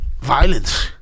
Violence